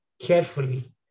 carefully